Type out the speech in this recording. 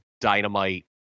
dynamite